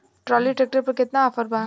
Trolley tractor पर केतना offer बा?